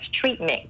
treatment